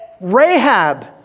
Rahab